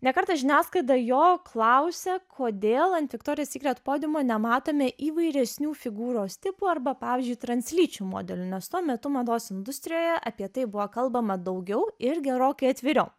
ne kartą žiniasklaida jo klausia kodėl ant viktorijos sykret podiumo nematome įvairesnių figūros tipų arba pavyzdžiui translyčių modelių nes tuo metu mados industrijoje apie tai buvo kalbama daugiau ir gerokai atviriau